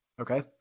okay